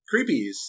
Creepies